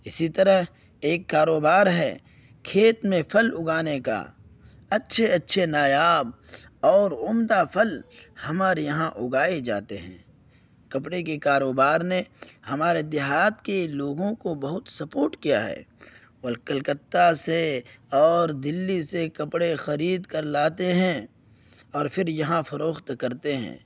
اسی طرح ایک کاروبار ہے کھیت میں پھل اگانے کا اچھے اچھے نایاب اور عمدہ پھل ہمارے یہاں اگائے جاتے ہیں کپڑے کے کاروبار نے ہمارے دیہات کے لوگوں کو بہت سپورٹ کیا ہے اور کلکتہ سے اور دلی سے کپڑے خرید کر لاتے ہیں اور پھر یہاں فروخت کرتے ہیں